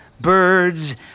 birds